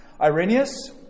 Irenaeus